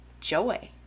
joy